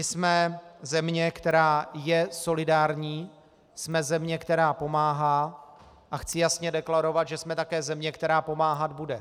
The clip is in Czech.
Jsme země, která je solidární, jsme země, která pomáhá, a chci jasně deklarovat, že jsme také země, která pomáhat bude.